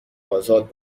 ازاد